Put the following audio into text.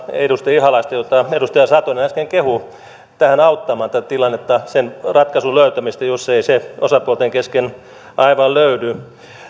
edustaja ihalaista jota edustaja satonen äsken kehui tähän auttamaan tätä tilannetta sen ratkaisun löytämistä jos ei se osapuolten kesken aivan löydy